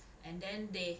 and then they